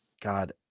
God